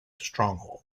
stronghold